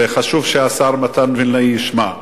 וחשוב שהשר מתן וילנאי ישמע,